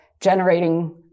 generating